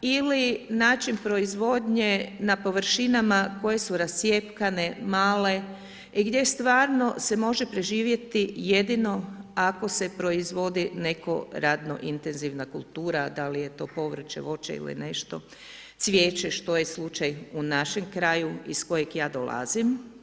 ili način proizvodnje na površinama koje su rascjepkane male i gdje stvarno se može preživjeti jedino ako se proizvodi neko radno intenzivna kultura, da li je to povrće, voće ili nešto, cvijeće što je slučaj u našem kraju iz kojeg ja dolazim.